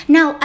Now